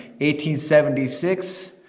1876